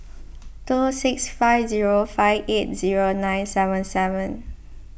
two six five zero five eight zero nine seven seven